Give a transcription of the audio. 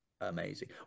amazing